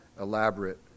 elaborate